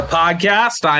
podcast